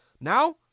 Now